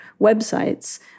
websites